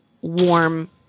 warm